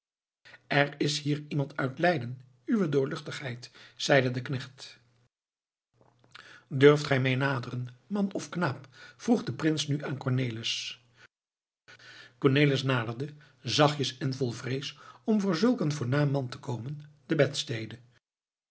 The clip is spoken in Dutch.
er is hier iemand uit leiden uwe doorluchtigheid zeide de knecht durft gij me naderen man of knaap vroeg de prins nu aan cornelis cornelis naderde zachtjes en vol vrees om voor zulk een voornaam man te komen de bedstede